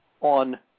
on